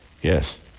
Yes